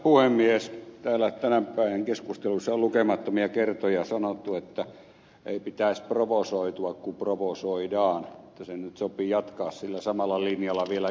täällä tämän päivän keskustelussa on lukemattomia kertoja sanottu että ei pitäisi provosoitua kun provosoidaan mutta se nyt sopii jatkaa sillä samalla linjalla vielä yhden kerran